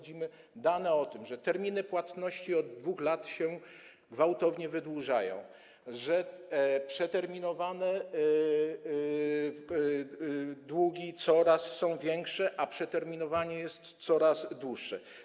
Dane o tym, że terminy płatności od 2 lat się gwałtownie wydłużają, że przeterminowane długi są coraz większe, a przeterminowanie jest coraz dłuższe.